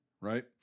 right